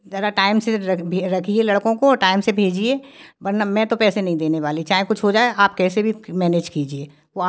ज़्यादा टाइम से रखिए लड़कों को टाइम से भेजिए वरना मैं तो पैसे नहीं देने वाली चाहे कुछ हो जाए आप कैसे भी मैनेज कीजिए वो आप